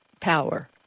power